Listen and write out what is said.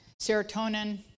Serotonin